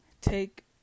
take